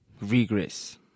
regress